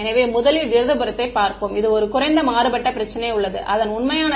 எனவே முதலில் இடது புறத்தைப் பார்ப்போம் இது ஒரு குறைந்த மாறுபட்ட பிரச்சினை உள்ளது அதன் உண்மையான தீர்வு x1x20